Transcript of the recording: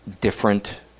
different